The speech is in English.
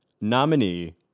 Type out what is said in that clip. nominee